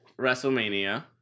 WrestleMania